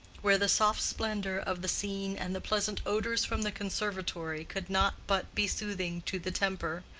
where the soft splendor of the scene and the pleasant odors from the conservatory could not but be soothing to the temper,